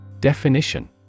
Definition